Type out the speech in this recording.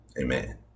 amen